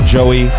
Joey